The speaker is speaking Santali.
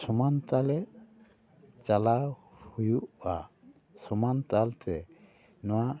ᱥᱚᱢᱟᱱ ᱛᱟᱞᱮ ᱪᱟᱞᱟᱣ ᱦᱩᱭᱩᱜᱼᱟ ᱥᱟᱢᱟᱱ ᱛᱟᱞ ᱛᱮ ᱱᱚᱣᱟ